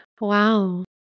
wow